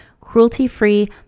cruelty-free